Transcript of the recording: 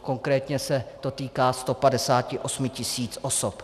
Konkrétně se to týká 158 tisíc osob.